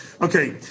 Okay